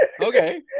Okay